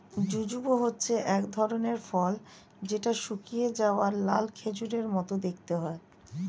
jujube হচ্ছে এক ধরনের ফল যেটা শুকিয়ে যাওয়া লাল খেজুরের মত দেখতে হয়